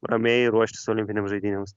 ramiai ruoštis olimpinėms žaidynėms